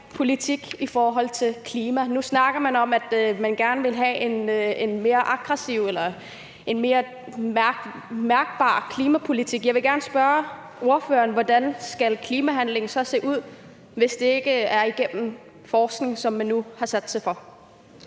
politik i forhold til klima. Nu snakker man om, at man gerne vil have en mere aggressiv eller en mere mærkbar klimapolitik. Jeg vil gerne spørge ordføreren, hvordan klimahandlingen så skal se ud, hvis det ikke er igennem forskning, som man nu har satset på.